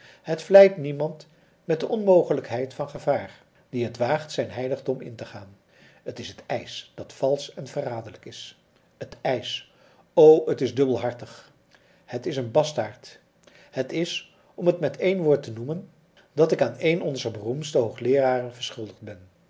het vleit niemand met de onmogelijkheid van gevaar die het waagt zijn heiligdom in te gaan het is het ijs dat valsch en verraderlijk is het ijs o het is dubbelhartig het is een bastaard het is om het met een woord te noemen dat ik aan een onzer beroemdste hoogleeraren verschuldigd ben